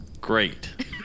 Great